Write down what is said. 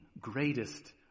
greatest